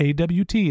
AWT